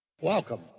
Welcome